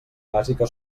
bàsica